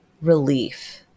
relief